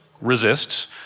resists